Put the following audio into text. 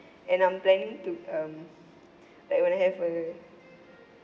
and I'm planning to um like when I have a